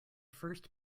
first